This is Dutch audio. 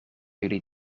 jullie